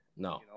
No